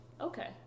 Okay